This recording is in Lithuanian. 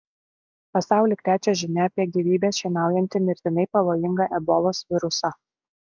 pasaulį krečia žinia apie gyvybes šienaujantį mirtinai pavojingą ebolos virusą